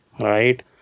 right